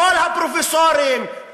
כל הפרופסורים,